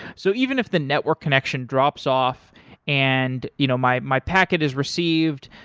so even if the network connection drops off and you know my my packet is received,